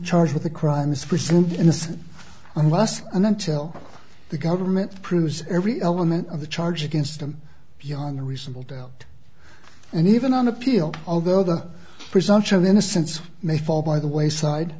charged with a crime is presumed innocent unless and until the government proves every element of the charge against them beyond a reasonable doubt and even on appeal although the presumption of innocence may fall by the wayside